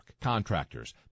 Contractors